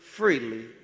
Freely